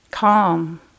calm